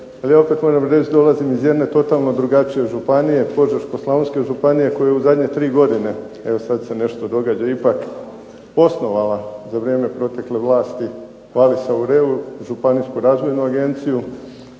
Ali ja opet moram reći dolazim iz jedne totalno drugačije županije Požeško-slavonske županije koje u zadnje tri godine, evo sad se nešto događa ipak osnovala za vrijeme protekle vlasti Vallis Aureu, županijsku razvojnu agenciju